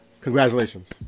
Congratulations